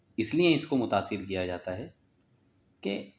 اس لئے اس کو متاثر کیا جاتا ہے کہ